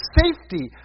safety